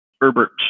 Herbert